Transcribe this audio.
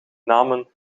namen